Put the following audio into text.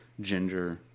ginger